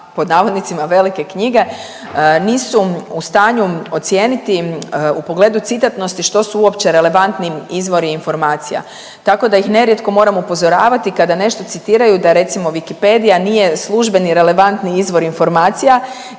pod navodnicima velike knjige nisu u stanju ocijeniti u pogledu citatnosti što su uopće relevantni izvori informacija. Tako da ih nerijetko moram upozoravati kada nešto citiraju da recimo Wikipedia nije službeni, relevantni izvor informacija